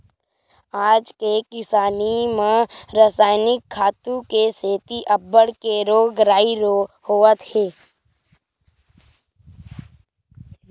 आज के किसानी म रसायनिक खातू के सेती अब्बड़ के रोग राई होवत हे